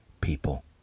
people